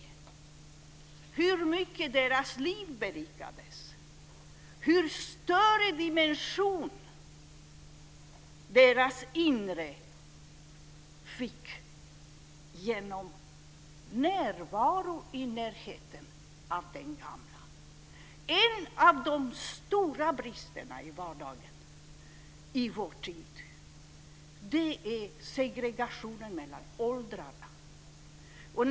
Jag såg hur mycket deras liv berikades, hur mycket större dimension deras inre fick genom närheten med den gamla. En av de stora bristerna i vardagen i vår tid är segregationen mellan åldrarna.